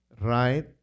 right